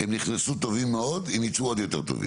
הם נכנסו טובים מאוד, הם ייצאו עוד יותר טובים.